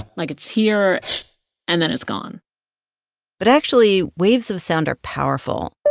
like it's here and then it's gone but actually, waves of sound are powerful